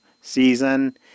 season